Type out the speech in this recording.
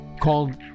called